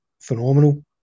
phenomenal